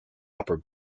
upper